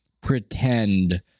pretend